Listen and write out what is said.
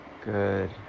good